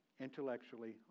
intellectually